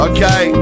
Okay